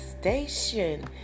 station